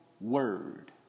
word